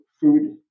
food